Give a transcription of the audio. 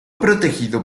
protegido